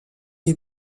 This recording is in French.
des